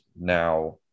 now